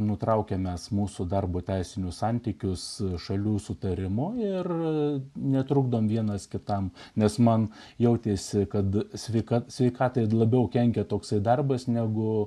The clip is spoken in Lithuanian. nutraukia mes mūsų darbo teisinius santykius šalių sutarimu ir netrukdome vienas kitam nes man jautėsi kad sveika sveikatai ir labiau kenkia toksai darbas negu